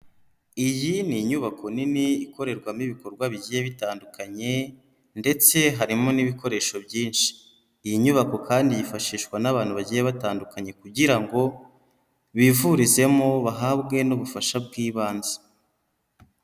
Iyi ni inyubako nini ikorerwamo ibikorwa bigiye bitandukanye ndetse harimo n'ibikoresho byinshi, iyi nyubako kandi yifashishwa n'abantu bagiye batandukanye kugira ngo bivurizemo bahabwe n'ubufasha bw'ibanze.